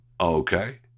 okay